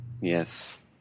Yes